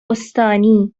استانی